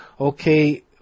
okay